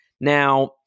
Now